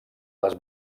les